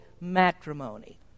matrimony